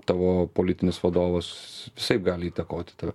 tavo politinis vadovas visaip gali įtakoti tave